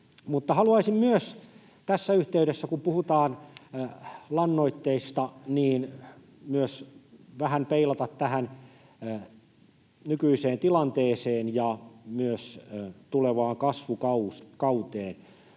haluaisin myös tässä yhteydessä, kun puhutaan lannoitteista, vähän myös peilata tähän nykyiseen tilanteeseen ja myös tulevaan kasvukauteen.